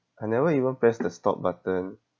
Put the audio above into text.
I never even press the stop button